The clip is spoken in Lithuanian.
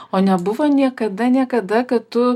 o nebuvo niekada niekada kad tu